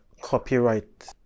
copyright